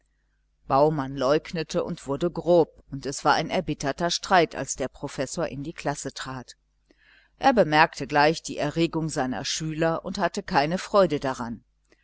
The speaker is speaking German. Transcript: baumann leugnete und wurde grob und es war ein erbitterter streit als der professor in die klasse trat er bemerkte gleich die erregung seiner schüler und hatte keine freude daran